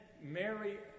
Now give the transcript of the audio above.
Mary